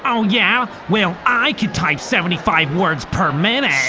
oh yeah? well, i can type seventy five words per minute!